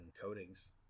coatings